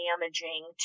damaging